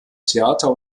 theater